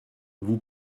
vous